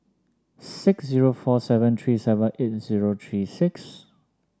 six zero four seven three seven eight zero three six